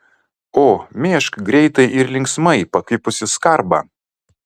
o mėžk greitai ir linksmai pakvipusį skarbą